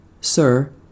Sir